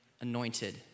anointed